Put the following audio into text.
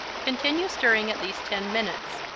continue stirring at least ten minutes,